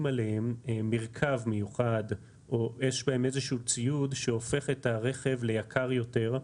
עליהם מרכב מיוחד או יש בהם איזשהו ציוד שהופך את הרכב ליקר יותר,